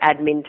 admin